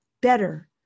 better